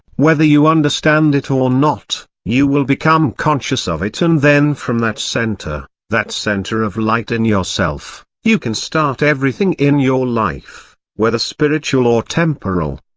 whether you understand it or not, you will become conscious of it and then from that centre, that centre of light in yourself, you can start everything in your life, whether spiritual or temporal.